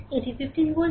এটি 15 ভোল্ট